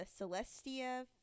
Celestia